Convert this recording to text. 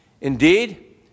Indeed